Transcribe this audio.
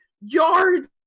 yards